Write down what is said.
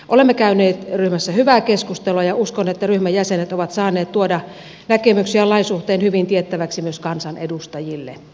olemme käyneet ryhmässä hyvää keskustelua ja uskon että ryhmän jäsenet ovat saaneet tuoda näkemyksiä lain suhteen hyvin tiettäväksi myös kansanedustajille